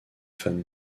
fans